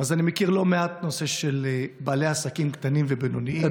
אז אני מכיר לא מעט את הנושא של בעלי עסקים קטנים ובינוניים ובהחלט,